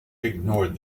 ignored